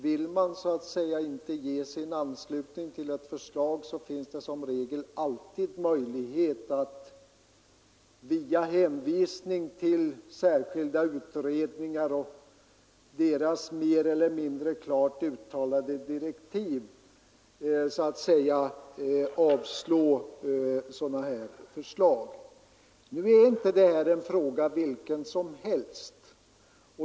Vill man inte ge sin anslutning till ett förslag finns det som regel möjlighet att yrka avslag via hänvisning till särskilda utredningar och mer eller mindre klart uttalade direktiv till dem. Nu är inte bostadstilläggen en fråga vilken som helst.